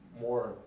more